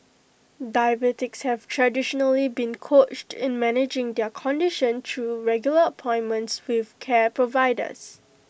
diabetics have traditionally been coached in managing their condition through regular appointments with care providers